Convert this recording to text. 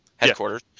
Headquarters